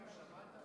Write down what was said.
שמעת?